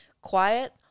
quiet